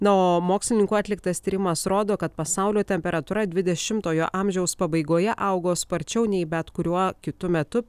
na o mokslininkų atliktas tyrimas rodo kad pasaulio temperatūra dvidešimtojo amžiaus pabaigoje augo sparčiau nei bet kuriuo kitu metu